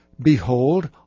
Behold